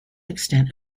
extent